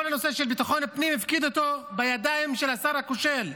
את כל הנושא של ביטחון הפנים הוא הפקיד בידיים של השר הכושל.